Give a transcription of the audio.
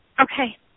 Okay